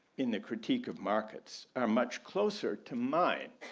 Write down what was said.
in the critique of markets are much closer to mine.